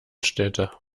städte